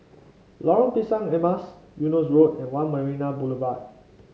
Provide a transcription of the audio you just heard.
Lorong Pisang Emas Eunos Road and One Marina Boulevard